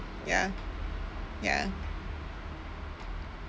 ya ya